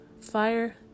fire